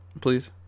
please